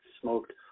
smoked